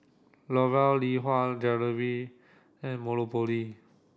L'Oreal Lee Hwa Jewellery and Monopoly